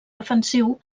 defensiu